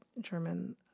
German